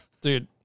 Dude